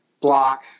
block